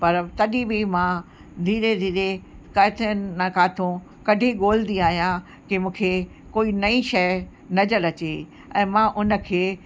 पर तॾहिं बि मां धीरे धीरे किथे ना किथां कढी ॻोल्हंदी आहियां की मूंखे कोई नई शइ नजल अचे ऐं मां उन खे